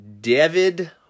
David